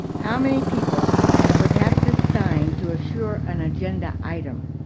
how many people would have to sign to assure an agenda item?